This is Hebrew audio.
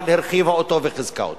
אבל הרחיבה אותו וחיזקה אותו,